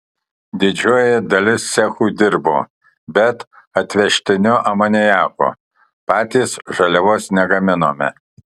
didžioji dalis cechų dirbo bet atvežtiniu amoniaku patys žaliavos negaminome